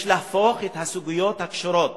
יש להפוך את הסוגיות הקשורות